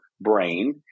brain